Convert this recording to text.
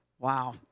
Wow